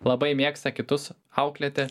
labai mėgsta kitus auklėti